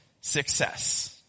success